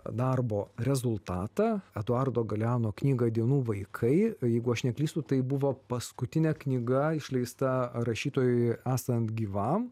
darbo rezultatą eduardo galeano knygą dienų vaikai jeigu aš neklystu tai buvo paskutinė knyga išleista rašytojui esant gyvam